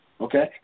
Okay